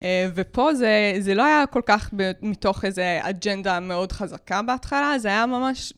ופה זה לא היה כל כך מתוך איזו אג'נדה מאוד חזקה בהתחלה, זה היה ממש...